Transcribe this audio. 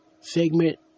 segment